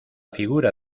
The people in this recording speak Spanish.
figura